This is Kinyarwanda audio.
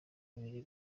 abiri